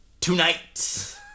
Tonight